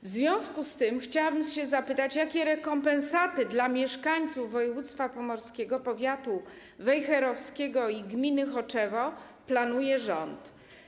W związku z tym chciałabym zapytać, jakie rekompensaty dla mieszkańców województwa pomorskiego, powiatu wejherowskiego i gminy Choczewo planuje rząd.